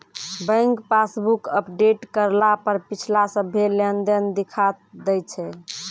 bank passbook update करला पर पिछला सभ्भे लेनदेन दिखा दैय छै